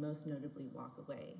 most notably walk away